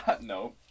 no